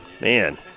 man